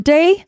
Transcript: Day